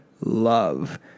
Love